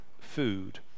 food